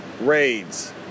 raids